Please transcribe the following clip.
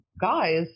guys